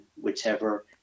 whichever